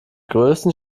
größten